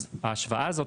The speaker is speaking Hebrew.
אז ההשוואה הזאת,